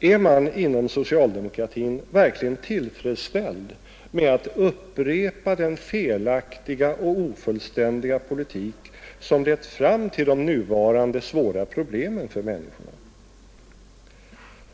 Är man inom socialdemokratin verkligen tillfredsställd med att upprepa den felaktiga och ofullständiga politik som lett fram till de nuvarande svåra problemen för människorna?